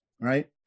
right